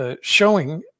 showing